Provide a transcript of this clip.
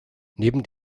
neben